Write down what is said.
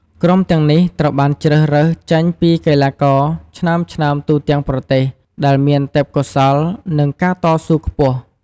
ក្រុមទាំងនេះត្រូវបានជ្រើសរើសចេញពីកីឡាករឆ្នើមៗទូទាំងប្រទេស ដែលមានទេពកោសល្យ និងការតស៊ូខ្ពស់។